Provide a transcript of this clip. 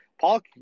Paul